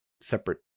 separate